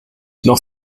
noch